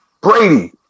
Brady